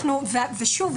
שוב,